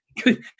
Good